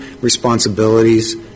responsibilities